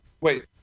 Wait